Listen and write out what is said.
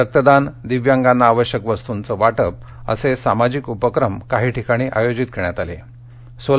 रक्तदान दिव्यांगांना आवश्यक वस्तुंचं वाटप असे सामाजिक उपक्रम काही ठिकाणी आयोजित केले होते